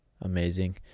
amazing